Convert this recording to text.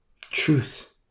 Truth